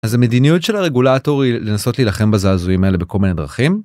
אז המדיניות של הרגולטור היא לנסות להילחם בזעזועים האלה בכל מיני דרכים.